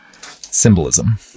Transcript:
symbolism